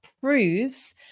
proves